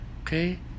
Okay